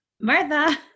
Martha